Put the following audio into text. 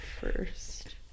first